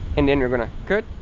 and then you're gonna cut,